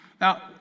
Now